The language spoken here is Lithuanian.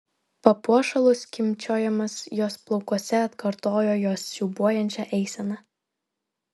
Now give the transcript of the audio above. papuošalų skimbčiojimas jos plaukuose atkartojo jos siūbuojančią eiseną